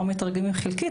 או מתרגמים חלקית,